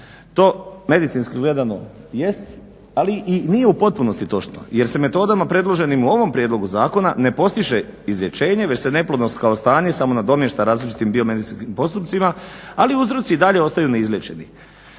To medicinski gledano jest, ali i nije u potpunosti točno jer se metodama predloženim u ovom prijedlogu zakona ne postiže izlječenje već se neplodnost kao stanje samo nadomješta različitim biomedicinskim postupcima, ali uzroci i dalje ostaju neizliječeni.